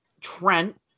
Trent